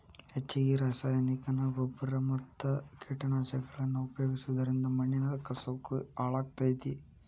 ಹೆಚ್ಚಗಿ ರಾಸಾಯನಿಕನ ಗೊಬ್ಬರ ಮತ್ತ ಕೇಟನಾಶಕಗಳನ್ನ ಉಪಯೋಗಿಸೋದರಿಂದ ಮಣ್ಣಿನ ಕಸವು ಹಾಳಾಗ್ತೇತಿ